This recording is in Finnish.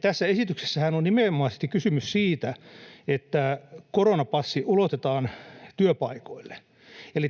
tässä esityksessähän on nimenomaisesti kysymys siitä, että koronapassi ulotetaan työpaikoille.